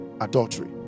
adultery